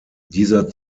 dieser